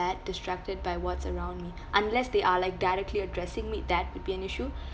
distracted by what's around me unless they are like directly addressing me that would be an issue